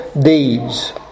deeds